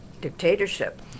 dictatorship